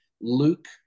luke